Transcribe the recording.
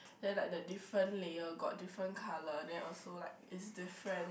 then like the different layer got different colour then also like is different